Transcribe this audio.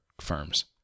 firms